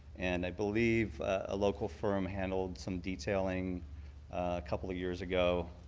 and i believe a local firm handled some detailing a couple of years ago.